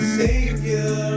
savior